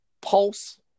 pulse